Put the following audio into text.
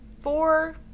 four